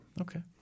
Okay